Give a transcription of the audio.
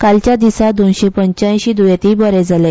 कालच्या दिसा दोनशे पंच्याऐंशी दुयेंती बरे जाले